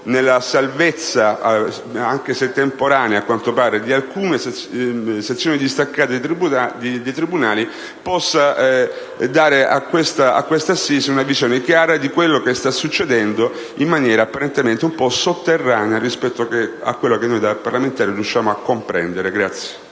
la salvezza (anche se temporanea, a quanto pare) di alcune sezioni distaccate di tribunali e per dare a questa assise una visione chiara di quello che sta succedendo in maniera apparentemente un po' sotterranea o che comunque noi parlamentari non riusciamo a comprendere.